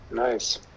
Nice